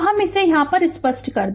तो हम इसे स्पष्ट कर दे